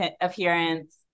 appearance